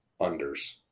Unders